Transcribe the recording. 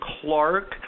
Clark